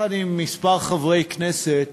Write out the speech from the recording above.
יחד עם כמה חברי כנסת